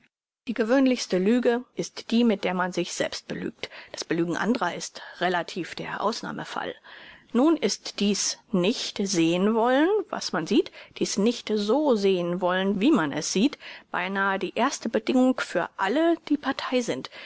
die gewöhnlichste lüge ist die mit der man sich selbst belügt das belügen andrer ist relativ der ausnahmefall nun ist dies nichtsehnwollen was man sieht dies nichtsosehnwollen wie man es steht beinahe die erste bedingung für alle die partei sind